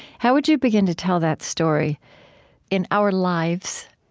how would you begin to tell that story in our lives,